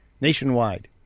nationwide